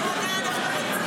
זו עוננות.